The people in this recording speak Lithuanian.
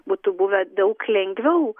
būtų buvę daug lengviau